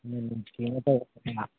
ꯃꯣꯏ ꯅꯨꯡꯁꯤꯅꯗꯕꯅꯤꯅ